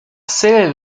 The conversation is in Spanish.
sede